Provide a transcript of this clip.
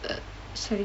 e~ sorry